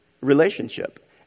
relationship